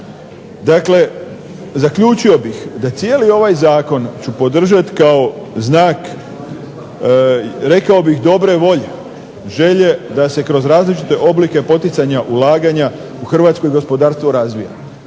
tome, zaključio bih da cijeli ovaj Zakon ću podržati kao znak rekao bih dobre volje, želje da se kroz različite oblike ulaganja Hrvatsko gospodarstvo razvija